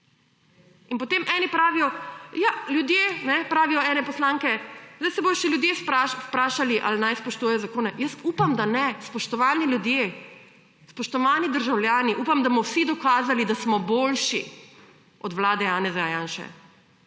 Potem eni pravijo ja ljudje pravijo eno poslanke sedaj se bodo še ljudje vprašali ali naj spoštujejo zakone jaz upam, da ne spoštovani ljudje, spoštovani državljani upam, da bomo vsi dokazali, da smo boljši od vlade Janeza Janše